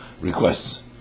requests